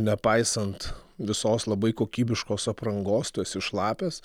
nepaisant visos labai kokybiškos aprangos tu esi šlapias